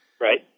Right